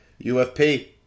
UFP